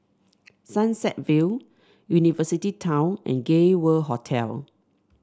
Sunset Vale University Town and Gay World Hotel